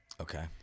Okay